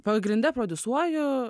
pagrinde prodiusuoju